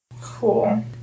Cool